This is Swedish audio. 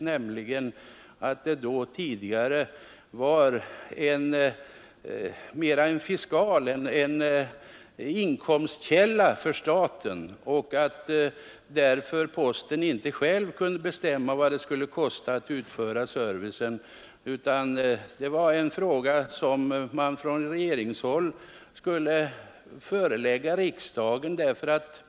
Dessa var tidigare en bevillning, en inkomstkälla för staten — posten eller regeringen kunde inte själv bestämma vad det skulle kosta att utföra servicen, utan det var en fråga som man från regeringshåll skulle förelägga riksdagen.